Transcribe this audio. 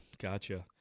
Gotcha